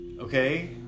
Okay